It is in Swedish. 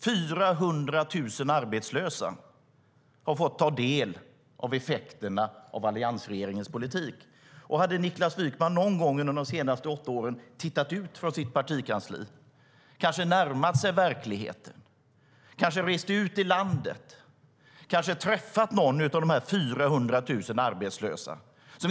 400 000 arbetslösa har fått ta del av effekterna av alliansregeringens politik. Har Niklas Wykman någon gång under de senaste åtta åren tittat ut från sitt partikansli, närmat sig verkligheten, kanske rest ut i landet och träffat någon av de 400 000 arbetslösa?